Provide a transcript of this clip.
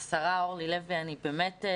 השרה אורלי לוי אבקסיס,